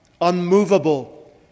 unmovable